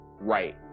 Right